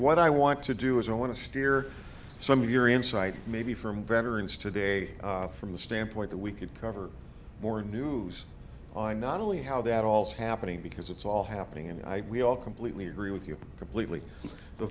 what i want to do is i want to steer some of your insights maybe from veterans today from the standpoint that we could cover more news on not only how that all happening because it's all happening and we all completely agree with you completely